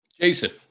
Jason